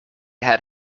had